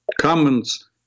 comments